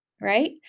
right